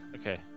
Okay